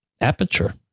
Aperture